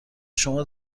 شما